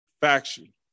faction